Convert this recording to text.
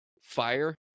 fire